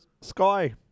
sky